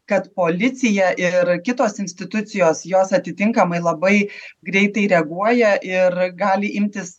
kad policija ir kitos institucijos jos atitinkamai labai greitai reaguoja ir gali imtis